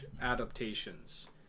adaptations